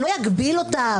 זה לא יגביל אותם,